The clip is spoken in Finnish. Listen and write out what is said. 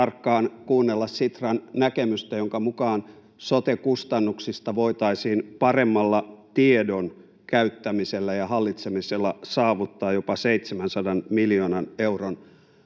tarkkaan kuunnella Sitran näkemystä, jonka mukaan sote-kustannuksista voitaisiin paremmalla tiedon käyttämisellä ja hallitsemisella saavuttaa jopa 700 miljoonan euron